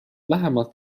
lähemalt